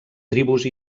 tribus